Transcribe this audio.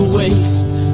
waste